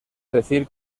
decir